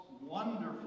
wonderful